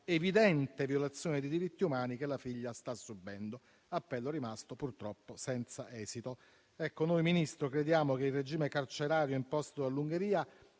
all'evidente violazione dei diritti umani che la figlia sta subendo: appello rimasto purtroppo senza esito. Signor Ministro, noi crediamo che il regime carcerario imposto dall'Ungheria